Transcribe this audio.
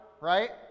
right